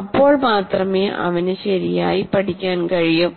അപ്പോൾ മാത്രമേ അവന് ശരിയായി പഠിക്കാൻ കഴിയു